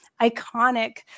iconic